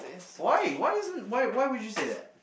why why isn't why would you say that